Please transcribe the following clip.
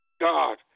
God